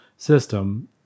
system